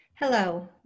Hello